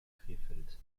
krefeld